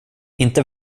inte